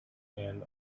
and